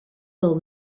del